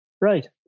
right